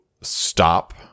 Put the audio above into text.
stop